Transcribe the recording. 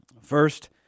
first